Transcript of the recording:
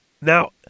Now